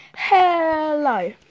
hello